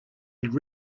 had